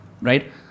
right